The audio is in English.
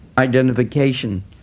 Identification